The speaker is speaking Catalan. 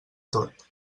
tot